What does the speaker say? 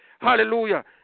Hallelujah